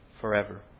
forever